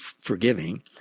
forgiving